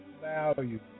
Value